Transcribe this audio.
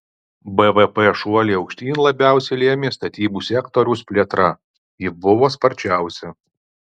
bvp šuolį aukštyn labiausiai lėmė statybų sektoriaus plėtra ji buvo sparčiausia